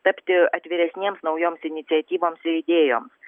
tapti atviresniems naujoms iniciatyvoms ir idėjoms